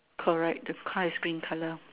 correct the car is green colour